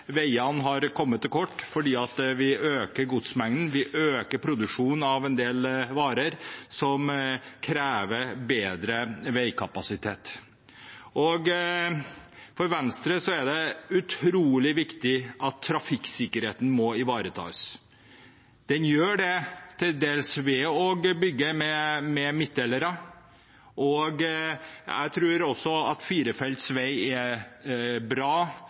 veiene ofte kommet til kort fordi vi øker godsmengden og produksjonen av en del varer som krever bedre veikapasitet. For Venstre er det utrolig viktig at trafikksikkerheten ivaretas. Det gjøres til dels ved å bygge vei med midtdelere. Jeg tror også at firefelts vei er bra